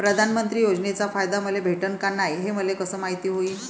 प्रधानमंत्री योजनेचा फायदा मले भेटनं का नाय, हे मले कस मायती होईन?